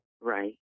Right